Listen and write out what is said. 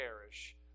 perish